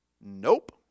Nope